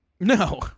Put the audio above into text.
No